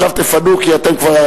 עכשיו תפנו כי אתם כבר,